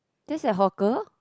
that's at hawker